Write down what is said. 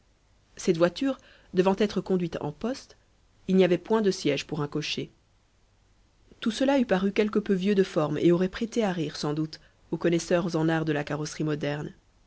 cette voiture devant être conduite en poste il n'y avait point de siège pour un cocher tout cela eût paru quelque peu vieux de forme et aurait prêté à rire sans doute aux connaisseurs en l'art de la carrosserie moderne